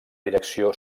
direcció